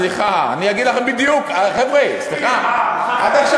סליחה, אני אגיד לכם בדיוק.